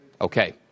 Okay